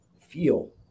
Feel